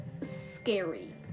scary